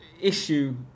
issue